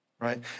right